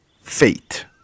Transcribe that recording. fate